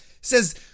says